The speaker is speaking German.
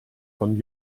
von